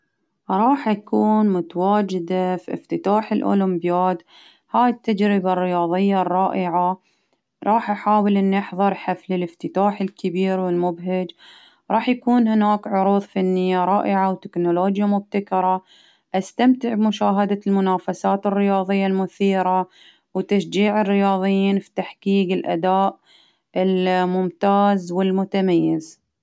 راح أكون متواجدة في إفتتاح الأولمبيات، هاي التجربة الرياضية الرائعة، راح أحاول إني أحظر حفل الإفتتاح الكبير والمبهج، راح يكون هناك عروض فنية رائعة، وتكنولوجيا مبتكرة، أستمتع بمشاهدة المنافسات الرياظية المثيرة، وتشجيع الرياضيين في تحقيق الأداء الممتاز والمتميز.